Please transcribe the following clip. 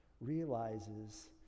realizes